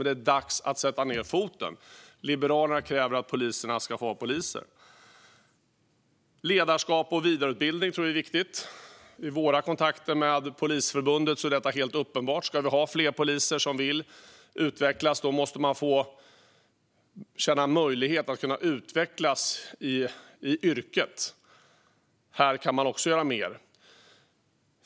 Det är dags att sätta ned foten. Liberalerna kräver att poliserna ska få vara poliser. Ledarskap och vidareutbildning tror vi är viktigt. I våra kontakter med Polisförbundet är detta helt uppenbart. Ska vi ha fler poliser som vill utvecklas måste de få känna en möjlighet att utvecklas i yrket. Även här kan man göra mer.